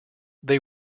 they